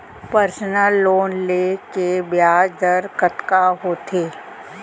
Personal loan ले के ब्याज दर कतका होथे?